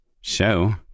show